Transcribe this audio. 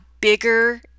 bigger